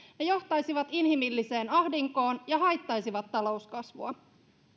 ja johtaisivat inhimilliseen ahdinkoon ja haittaisivat talouskasvua